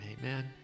Amen